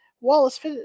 Wallace